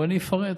ואני אפרט,